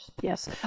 yes